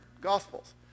Gospels